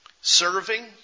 serving